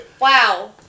Wow